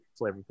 flavorful